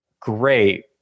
Great